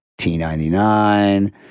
t99